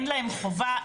אין להם חובה,